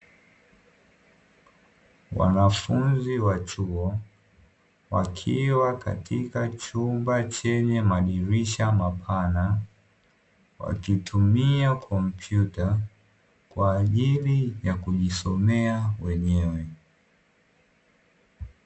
Wanafunzi wa chuo wakiwa katika chumba chenye madirisha mapana, wakitumia kompyuta kwa ajili ya kujisomea wenyewe.